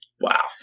Wow